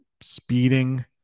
speeding